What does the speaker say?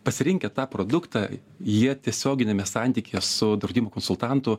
pasirinkę tą produktą jie tiesioginiame santykyje su draudimo konsultantu